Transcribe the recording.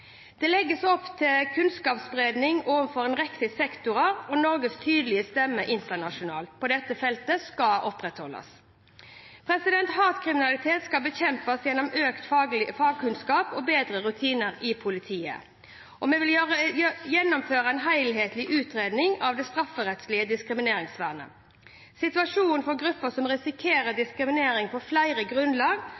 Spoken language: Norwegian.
Det legges opp til kunnskapsspredning overfor en rekke sektorer, og Norges tydelige stemme internasjonalt på dette feltet skal opprettholdes. Hatkriminalitet skal bekjempes gjennom økt fagkunnskap og bedre rutiner i politiet. Vi vil også gjennomføre en helhetlig utredning av det strafferettslige diskrimineringsvernet. Situasjonen for grupper som risikerer